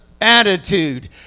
attitude